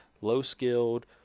low-skilled